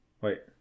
Wait